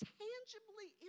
tangibly